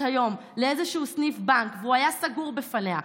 היום לאיזשהו סניף בנק והוא היה סגור בפניה,